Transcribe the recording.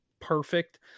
perfect